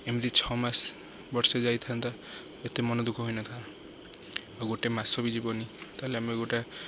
ଏମିତି ଛଅ ମାସ ବର୍ଷେ ଯାଇଥାନ୍ତା ଏତେ ମନ ଦୁଃଖ ହୋଇନଥାନ୍ତା ଆଉ ଗୋଟେ ମାସ ବି ଯିବନି ତାହେଲେ ଆମେ ଗୋଟେ